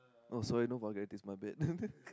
oh sorry no vulgarities my bad